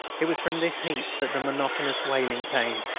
it was from this heap that the monotonous wailing came.